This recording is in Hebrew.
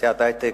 בתעשיית ההיי-טק,